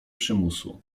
przymusu